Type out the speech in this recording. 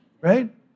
right